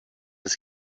des